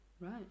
right